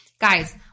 Guys